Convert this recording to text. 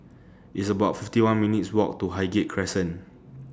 It's about fifty one minutes' Walk to Highgate Crescent